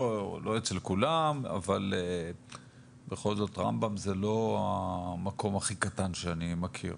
לא אצל כולם אבל בכל זאת רמב"ם זה לא המקום הכי קטן שאני מכיר,